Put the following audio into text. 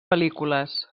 pel·lícules